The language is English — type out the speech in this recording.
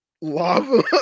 lava